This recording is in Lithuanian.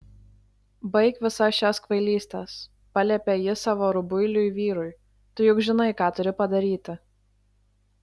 baik visas šias kvailystes paliepė ji savo rubuiliui vyrui tu juk žinai ką turi padaryti